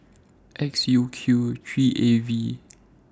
X U Q three A V